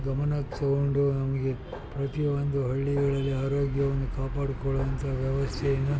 ಗಮನ ತಗೊಂಡು ನಮಗೆ ಪ್ರತಿ ಒಂದು ಹಳ್ಳಿಗಳಲ್ಲಿ ಆರೋಗ್ಯವನ್ನು ಕಾಪಾಡಿಕೊಳ್ಳುವಂಥ ವ್ಯವಸ್ಥೆಯನ್ನು